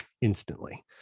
instantly